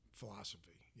philosophy